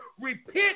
Repent